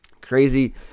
Crazy